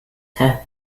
have